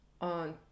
on